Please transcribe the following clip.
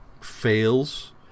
fails